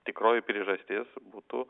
tikroji priežastis būtų